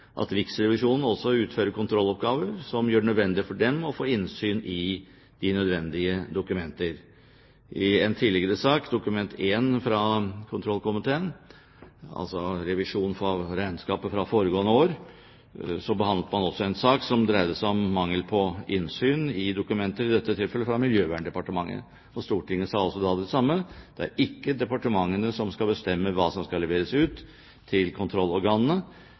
de nødvendige dokumenter. I en tidligere sak – Dokument nr. 1 for 2009–2010 fra kontroll- og konstitusjonskomiteen, som gjelder revisjon av regnskapet for foregående år – behandlet man også en sak som dreide seg om mangel på innsyn i dokumenter, i dette tilfellet fra Miljøverndepartementet. Stortinget sa også da det samme: Det er ikke departementene som skal bestemme hva som skal leveres ut til